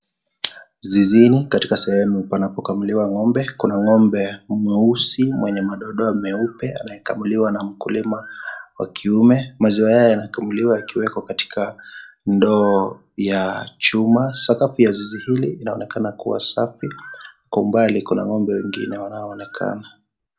Zizini katika sehemu panapokamuliwa ng'ombe. Kuna ng'ombe mweusi mwenye madoadoa mweupe anayekamuliwa na mkulima wa kiume. Maziwa haya yanakamuliwa yakiwekwa katika ndoo ya chuma. Sakafu ya zizi hili inaonekana kuwa safi, kwa umbali kuna ng'ombe wengine wanaoonekana.